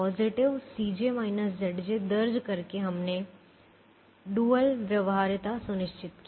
positive दर्ज करके हमने डुअल व्यवहार्यता सुनिश्चित की